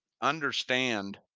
understand